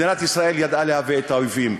מדינת ישראל ידעה להביא את האויבים.